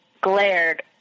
glared